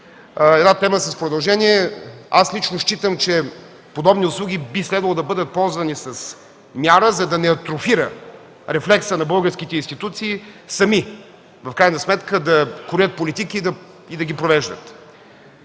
Една тема с продължение. Лично аз считам, че подобни услуги би следвало да бъдат ползвани с мяра, за да не атрофира рефлексът на българските институции сами да кроят политики и да ги провеждат.